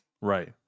Right